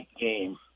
game